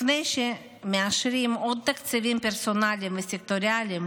לפני שמאשרים עוד תקציבים פרסונליים וסקטוריאליים,